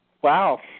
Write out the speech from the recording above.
wow